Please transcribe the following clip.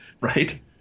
Right